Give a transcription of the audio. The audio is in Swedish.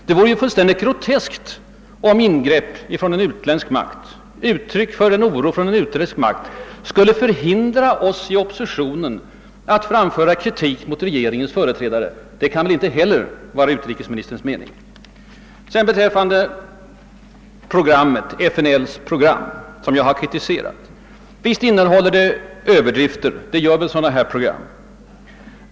Det vore ju fullständigt groteskt om uttryck för oro från en utländsk makt skulle förhindra oss i oppositionen från att framföra kritik mot regeringens företrädare. Något sådant kan väl inte heller vara utrikesministerns åsikt. Jag har kritiserat FNL:s program. Visst innehåller det överdrifter — det ligger väl i sådana programs natur.